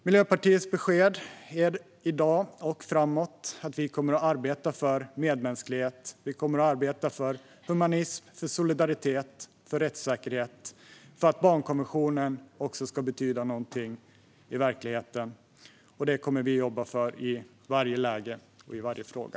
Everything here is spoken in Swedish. Miljöpartiets besked i dag och framåt är att vi kommer att arbeta för medmänsklighet, humanism, solidaritet, rättssäkerhet och för att barnkonventionen också ska betyda någonting i verkligheten. Det kommer vi att jobba för i varje läge och i varje fråga.